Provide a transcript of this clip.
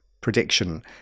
prediction